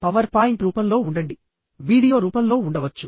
power point రూపంలో ఉండండి video రూపంలో ఉండవచ్చు